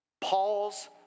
Paul's